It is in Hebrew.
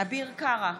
אביר קארה,